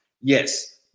Yes